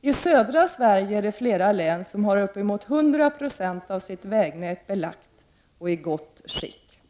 I södra Sverige har flera län upp emot 100 96 av sitt vägnät belagt och i gott skick.